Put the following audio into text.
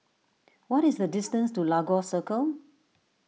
what is the distance to Lagos Circle